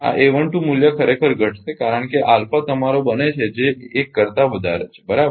આ મૂલ્ય ખરેખર ઘટશે કારણ કે આલ્ફા તમારો બને છે જે 1 કરતાં વધારે છે બરાબર